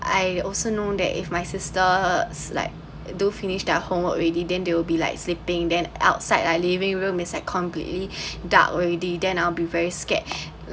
I also know that if my sister like do finish their homework already then they will be like sleeping then outside like living room is a completely dark already then I'll be very scared